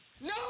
No